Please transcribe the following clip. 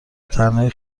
تنهایی